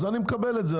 אני מקבל את זה.